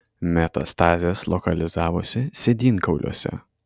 metastazės lokalizavosi sėdynkauliuose